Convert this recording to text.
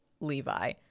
Levi